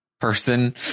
person